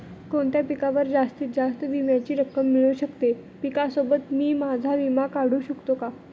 कोणत्या पिकावर जास्तीत जास्त विम्याची रक्कम मिळू शकते? पिकासोबत मी माझा विमा काढू शकतो का?